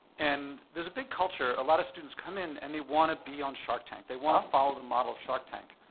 and there's a big culture, a lotta students come in and they wanna be on shark tank. they wanna follow the model of shark tank,